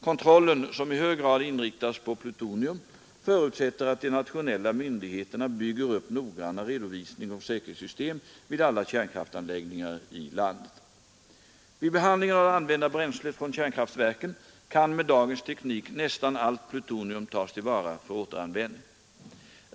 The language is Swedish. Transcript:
Kontrollen, som i hög grad inriktas på plutonium, förutsätter att de nationella myndigheterna bygger upp noggranna redovisningsoch säkerhetssystem vid alla kärnkraftanläggningar i landet. Vid behandlingen av det använda bränslet från kärnkraftverken kan med dagens teknik nästan allt plutonium tas till vara för återanvändning.